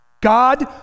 God